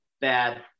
bad